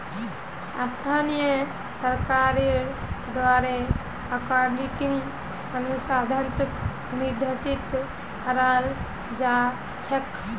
स्थानीय सरकारेर द्वारे अकाउन्टिंग अनुसंधानक निर्देशित कराल जा छेक